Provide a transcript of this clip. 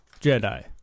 Jedi